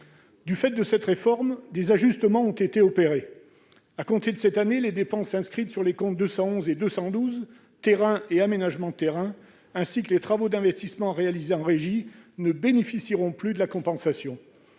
Du fait de cette réforme, des ajustements ont été opérés. À compter de cette année, les dépenses inscrites sur les comptes 211 et 212, « Terrains » et « Agencements et aménagements de terrains », ainsi que les travaux d'investissement réalisés en régie ne bénéficieront plus de la compensation.